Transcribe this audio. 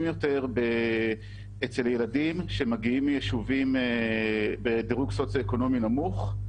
יותר אצל ילדים שמגיעים מיישובים בדירוג סוציו-אקונומי נמוך,